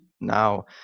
now